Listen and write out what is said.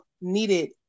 needed